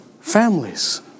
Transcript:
families